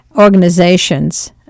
organizations